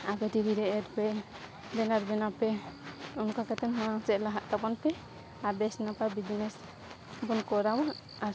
ᱟᱯᱮ ᱴᱤᱵᱷᱤ ᱨᱮ ᱮᱰ ᱯᱮ ᱵᱮᱱᱟᱣ ᱵᱮᱱᱟᱣ ᱯᱮ ᱚᱱᱠᱟ ᱠᱟᱛᱮᱫ ᱦᱚᱸ ᱪᱮᱫ ᱞᱟᱦᱟᱜ ᱛᱟᱵᱚᱱ ᱯᱮ ᱟᱨ ᱵᱮᱥ ᱱᱟᱯᱟᱭ ᱵᱤᱡᱽᱱᱮᱥ ᱵᱚᱱ ᱠᱚᱨᱟᱣᱟ ᱟᱨ